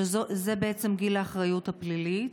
שזה בעצם גיל האחריות הפלילית,